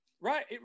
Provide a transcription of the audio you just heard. Right